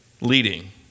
leading